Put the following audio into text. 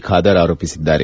ಖಾದರ್ ಆರೋಪಿಸಿದ್ದಾರೆ